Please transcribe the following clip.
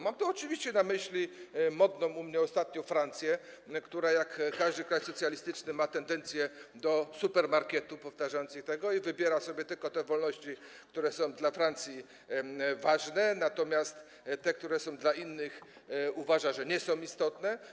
Mam tu oczywiście na myśli modną u mnie ostatnio Francję, która jak każdy kraj socjalistyczny ma tendencje do supermarketu, powtarzając za Macronem, i z tego wybiera sobie tylko te wolności, które są dla Francji ważne, natomiast te, które są ważne dla innych, uważa za nieistotne.